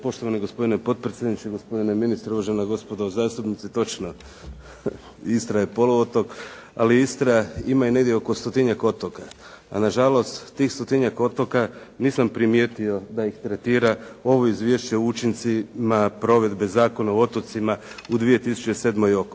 Poštovani gospodine potpredsjedniče, gospodine ministre, uvažena gospodo zastupnici. Točno. Istra je poluotok, ali Istra ima i negdje oko stotinjak otoka. A nažalost, tih stotinjak otoka nisam primjetio da ih tretira ovo Izvješće o učincima provedbe Zakona o otocima u 2007.